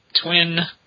twin